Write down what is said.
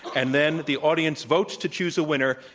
and then the audience votes to choose a winner,